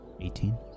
Eighteen